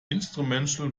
instrumental